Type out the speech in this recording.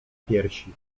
piersi